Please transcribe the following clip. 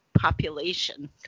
population